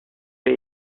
les